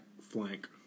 flank